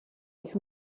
who